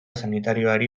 sanitarioari